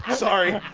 ah sorry,